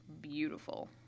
beautiful